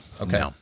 Okay